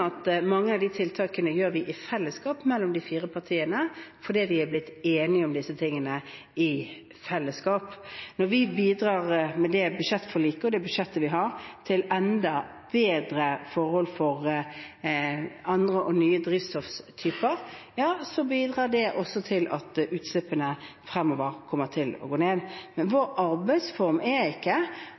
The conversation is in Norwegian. at mange av disse tiltakene gjør vi fire partiene i fellesskap, fordi vi er blitt enige om disse tingene i fellesskap. Når vi bidrar – med det budsjettforliket og det budsjettet vi har – til enda bedre forhold for andre og nye drivstofftyper, bidrar det også til at utslippene fremover kommer til å gå ned. Vår arbeidsform er ikke